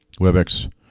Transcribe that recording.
Webex